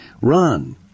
run